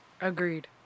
Agreed